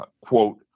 quote